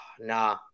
Nah